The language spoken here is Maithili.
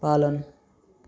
पालन